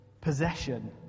possession